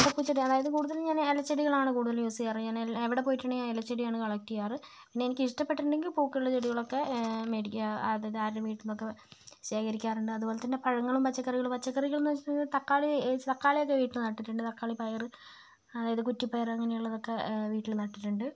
അതായത് കൂടുതലും ഞാൻ ഇലച്ചെടികളാണ് കൂടുതൽ യൂസ് ചെയ്യാറ് ഞാൻ എവിടെപ്പോയിട്ടുണ്ടെങ്കിലും ഇലച്ചെടിയാണ് കളക്ട് ചെയ്യാറ് പിന്നേ എനിക്ക് ഇഷ്ടപ്പെട്ടിട്ടുണ്ടെങ്കിൽ പൂക്കളുള്ള ചെടികളൊക്കേ മേടിക്കുക അത് ആരുടേ വീട്ടിൽ നിന്നൊക്കേ ശേഖരിക്കാറുണ്ട് അതുപോലെത്തന്നേ പഴങ്ങളും പച്ചക്കറികളും പച്ചക്കറികളെന്ന് വെച്ചിട്ടുണ്ടെങ്കിൽ തക്കാളി തക്കാളിയൊക്കേ വീട്ടിൽ നട്ടിട്ടുണ്ട് തക്കാളി പയറ് അതായത് കുറ്റിപ്പയറ് അങ്ങനെയുള്ളതൊക്കേ വീട്ടിൽ നട്ടിട്ടുണ്ട്